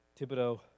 Thibodeau